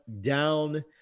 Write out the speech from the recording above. down